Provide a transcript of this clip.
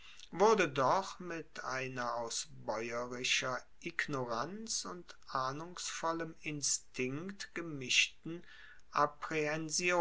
wurde doch mit einer aus baeurischer ignoranz und ahnungsvollem instinkt gemischten